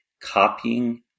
copying